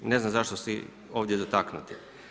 Ne znam zašto su ovdje dotaknuti.